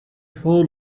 four